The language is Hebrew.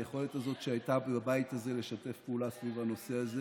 היכולת הזאת שהייתה בבית הזה לשתף פעולה סביב הנושא הזה.